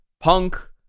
Punk